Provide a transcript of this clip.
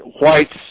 whites